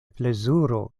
plezuro